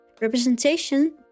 Representation